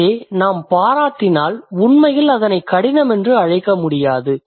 எனவே நாம் பாராட்டினால் உண்மையில் அதனைக் கடினமென்று அழைக்க முடியாது